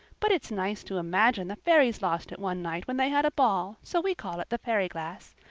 but it's nice to imagine the fairies lost it one night when they had a ball, so we call it the fairy glass.